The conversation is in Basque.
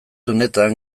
unetan